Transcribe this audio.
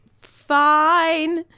fine